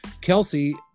Kelsey